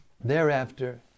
Thereafter